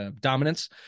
dominance